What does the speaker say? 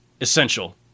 essential